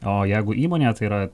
o jeigu įmonėje tai yra